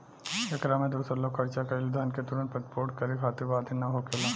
एकरा में दूसर लोग खर्चा कईल धन के तुरंत प्रतिपूर्ति करे खातिर बाधित ना होखेला